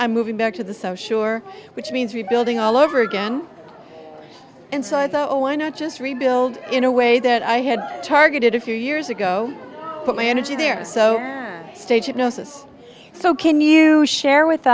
i'm moving back to the so sure which means rebuilding all over again and so i thought why not just rebuild in a way that i had targeted a few years ago put my energy there so stage hypnosis so can you share with